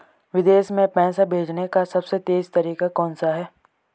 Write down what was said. विदेश में पैसा भेजने का सबसे तेज़ तरीका कौनसा है?